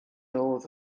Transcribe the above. oedd